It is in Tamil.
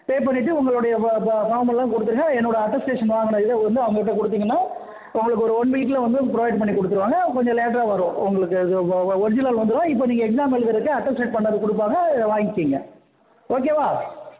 பே பண்ணிவிட்டு உங்களுடைய ஃபார்மெல்லாம் கொடுத்துருங்க என்னோட அட்டஸ்டேஷன் வாங்கின இதை வந்து அவங்கள்கிட்ட கொடுத்திங்கன்னா உங்களுக்கு ஒரு ஒன் வீக்கில் வந்து ப்ரொவைட் பண்ணி கொடுத்துருவாங்க கொஞ்சம் லேட்டாக வரும் உங்களுக்கு அது ஒரிஜினல் வந்துடும் இப்போ நீங்கள் எக்ஸாம் எழுதுவதுக்கு அட்டஸ்டட் பண்ணிணது கொடுப்பாங்க அதை வாங்கிக்கோங்க ஓகேவா